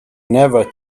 never